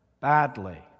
badly